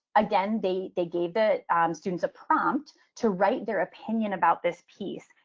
again, they they gave the students a prompt to write their opinion about this piece.